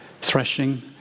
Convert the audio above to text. threshing